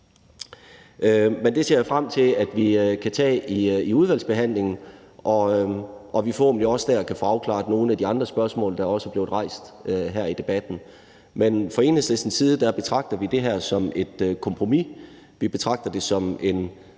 Men det ser jeg frem til at vi kan tage i udvalgsbehandlingen, og vi kan forhåbentlig også dér få afklaret nogle af de andre spørgsmål, der er blevet rejst her i debatten. Men fra Enhedslistens side betragter vi det her som et kompromis. Vi betragter det som en